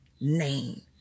name